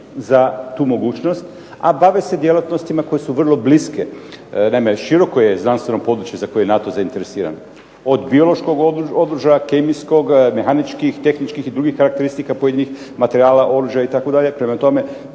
za tu mogućnost, a bave se djelatnostima koje su vrlo bliske. Naime, široko je znanstveno područje za koje je NATO zainteresiran, od biološkog oružja, kemijskog, mehaničkih, tehničkih i drugih karakteristika pojedinih materijala, oružja itd.